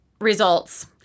results